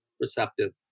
receptive